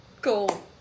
cool